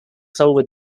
silver